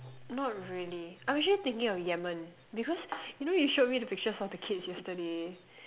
not really I'm actually thinking of Yemen because you know you showed me the pictures of the kids yesterday